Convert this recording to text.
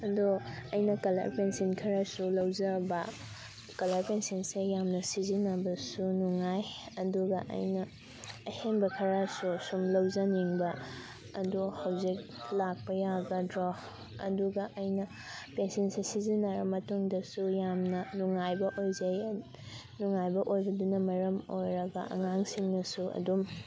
ꯑꯗꯣ ꯑꯩꯅ colour pencil ꯈꯔꯁꯨ ꯂꯧꯖꯕ ꯀꯂꯔ ꯄꯦꯟꯁꯤꯜꯁꯦ ꯌꯥꯝꯅ ꯁꯤꯖꯤꯟꯅꯕꯁꯨ ꯅꯨꯡꯉꯥꯏ ꯑꯗꯨꯒ ꯑꯩꯅ ꯑꯍꯦꯟꯕ ꯈꯔꯁꯨ ꯁꯨꯝ ꯂꯧꯖꯅꯤꯡꯕ ꯑꯗꯣ ꯍꯧꯖꯤꯛ ꯂꯥꯛꯄ ꯌꯥꯒꯗ꯭ꯔꯣ ꯑꯗꯨꯒ ꯑꯩꯅ ꯄꯩꯟꯁꯤꯜꯁꯦ ꯁꯤꯖꯤꯟꯅꯔ ꯃꯇꯨꯡꯗꯁꯨ ꯌꯥꯝꯅ ꯅꯨꯡꯉꯥꯏꯕ ꯑꯣꯏꯖꯩ ꯅꯨꯡꯉꯥꯏꯕ ꯑꯣꯏꯕꯗꯨꯅ ꯃꯔꯝ ꯑꯣꯏꯔꯒ ꯑꯉꯥꯡꯁꯤꯡꯅꯁꯨ ꯑꯗꯨꯝ